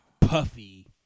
puffy